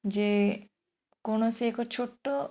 ଯେକୌଣସି ଏକ ଛୋଟ